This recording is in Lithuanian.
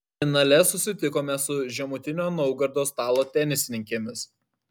finale susitikome su žemutinio naugardo stalo tenisininkėmis